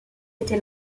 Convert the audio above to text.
était